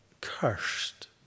cursed